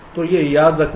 तो यह याद रखना होगा